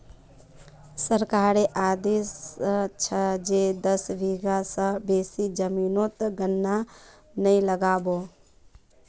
सरकारेर आदेश छ जे दस बीघा स बेसी जमीनोत गन्ना नइ लगा बो